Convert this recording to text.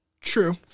True